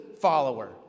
follower